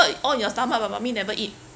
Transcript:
all in your stomach but mummy never eat